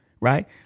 right